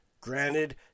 Granted